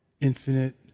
infinite